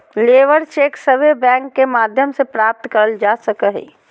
labour cheque सभे bank के माध्यम से प्राप्त करल जा सको हय